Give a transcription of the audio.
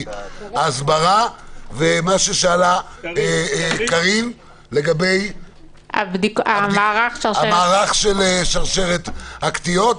ההסברה ומה ששאלה קארין לגבי המערך של שרשרת הקטיעות,